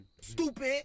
Stupid